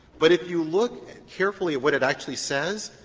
but if you look carefully at what it actually says,